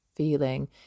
feeling